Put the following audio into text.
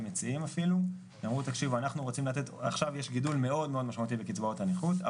ומציעים אפילו: עכשיו יש גידול מאוד מאוד משמעותי בקצבאות הנכות,